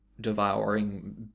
devouring